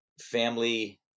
family